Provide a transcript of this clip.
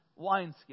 wineskins